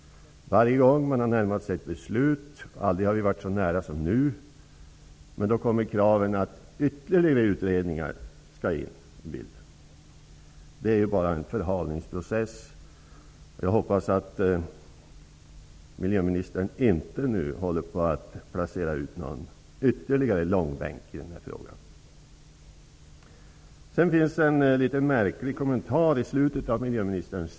Varje gång man har närmat sig ett beslut -- aldrig har vi varit så nära som nu -- kommer kraven att ytterligare utredningar skall göras. Det är bara förhalningstaktik. Jag hoppas att miljöministern inte nu håller på att placera ut någon ytterligare långbänk i den här frågan. I slutet av miljöministerns svar finns en något märklig kommentar.